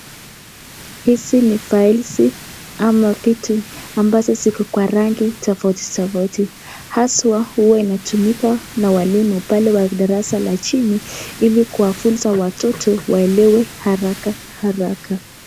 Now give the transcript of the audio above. Hizi ni files ama vitu ambazo ziko kwa rangi tofauti tofauti. Haswa huwa inatumika na walimu pale wa darasa la chini ili kuwafunza watoto waelewe haraka haraka.